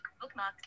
Bookmark